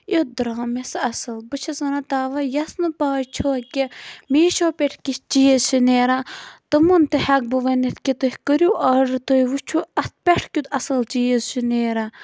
یُتھ درٛاو مےٚ سُہ اصل بہٕ چھس ونان تَوے یَس نہٕ پاے چھِ کہِ میٖشو پٮ۪ٹھ کِتھ چیٖز چھِ نیران تِمن تہِ ہیٚکہٕ بہٕ ؤنِتھ کہِ تُہُۍ کٕرِو آرڈَر تُہُۍ وٕچھِو اَتھ پٮ۪ٹھ کِیُتھ اصل چیٖز چھِ نیران